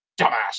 dumbass